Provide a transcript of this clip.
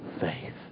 faith